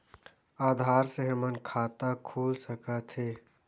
आधार से हमर खाता खुल सकत हे?